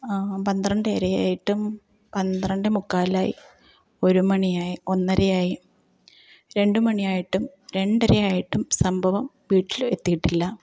പന്ത്രണ്ടരയായിട്ടും പന്ത്രണ്ടേ മുക്കാലായി ഒരു മണിയായി ഒന്നരയായി രണ്ട് മണിയായിട്ടും രണ്ടരയായിട്ടും സംഭവം വീട്ടില് എത്തിയിട്ടില്ല